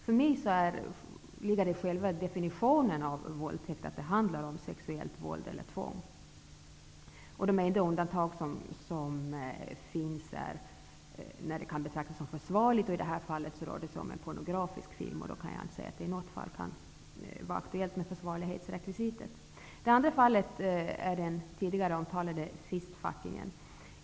För mig ligger i definitionen av våldtäkt att det handlar om sexuellt våld eller tvång. De enda undantag som finns är när det kan betraktas som försvarligt. Här handlar det om en pornografisk film. Där kan det inte i något fall vara aktuellt med försvarlighetsrekvisitet. Det andra fallet gäller det tidigare omtalade fistfucking.